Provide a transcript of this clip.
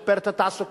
לשפר את התעסוקה,